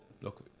look